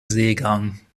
seegang